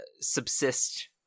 subsist